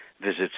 visits